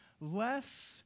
less